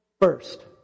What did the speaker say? first